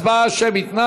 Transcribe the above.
הצבעה שמית.